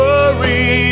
Worry